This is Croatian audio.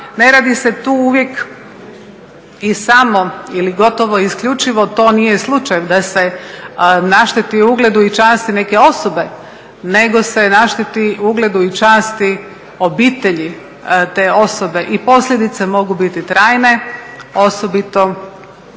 ne radi se tu uvijek i samo ili gotovo isključivo to nije slučaj da se našteti ugledu i časti neke osobe, nego se našteti ugledu i časti obitelji te osobe i posljedice mogu biti trajne osobito